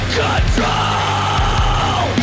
control